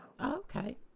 okay